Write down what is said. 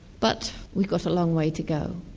but we've got a long way to go.